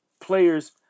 players